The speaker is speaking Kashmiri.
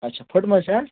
اچھا پھُٹمٕژ چھا